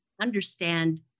understand